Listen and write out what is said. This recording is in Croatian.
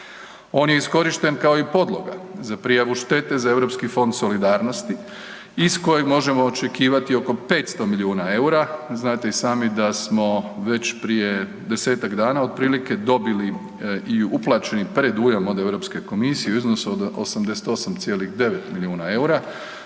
On je iskorišten kao i podloga za prijavu štete za Europski fond solidarnosti iz kojeg možemo očekivati oko 500 milijuna eura. Znate i sami da smo već prije desetak dana otprilike dobili i uplaćeni predujam od Europske komisije u iznosu od 88,9 milijuna eura.